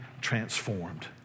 transformed